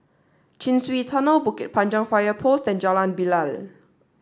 Chin Swee Tunnel Bukit Panjang Fire Post and Jalan Bilal